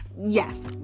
Yes